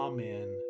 Amen